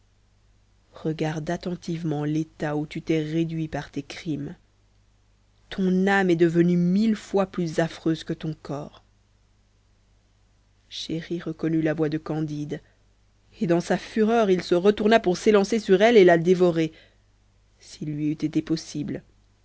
regarde attentivement l'état où tu t'es réduit par tes crimes ton âme est devenue mille fois plus affreuse que ton corps chéri reconnut la voix de candide et dans sa fureur il se retourna pour s'élancer sur elle et la dévorer s'il eût été possible